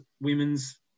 women's